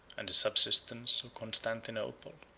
and the subsistence of constantinople.